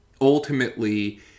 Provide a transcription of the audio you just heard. ultimately